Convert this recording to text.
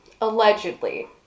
allegedly